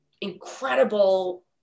incredible